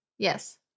Yes